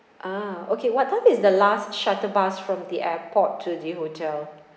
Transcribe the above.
ah okay what time is the last shuttle bus from the airport to the hotel